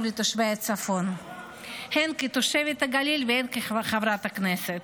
לתושבי הצפון הן כתושבת הגליל והן כחברת כנסת.